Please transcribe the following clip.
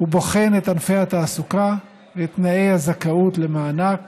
ובוחן את ענפי התעסוקה ואת תנאי הזכאות למענק